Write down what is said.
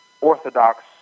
orthodox